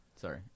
Sorry